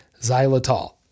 xylitol